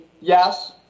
yes